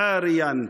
עירום,